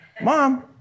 Mom